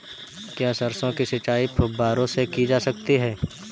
क्या सरसों की सिंचाई फुब्बारों से की जा सकती है?